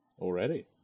already